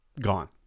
gone